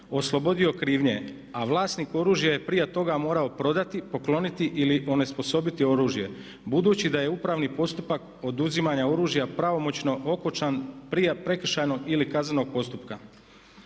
oslobodio krivnje, a vlasnik oružja je prije toga morao prodati, pokloniti ili onesposobiti oružje budući da je upravni postupak oduzimanja oružja pravomoćno okončan prije prekršajnog ili kaznenog postupka.